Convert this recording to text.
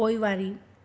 पोइवारी